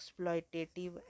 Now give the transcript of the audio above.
exploitative